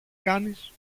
κάνεις